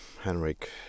Henrik